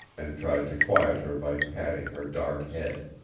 and tried to quiet her by patting her dark head.